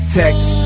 text